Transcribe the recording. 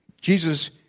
Jesus